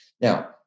Now